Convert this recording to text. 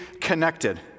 connected